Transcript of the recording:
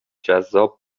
جذاب